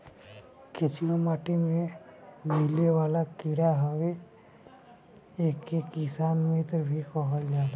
केचुआ माटी में मिलेवाला कीड़ा हवे एके किसान मित्र भी कहल जाला